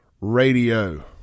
Radio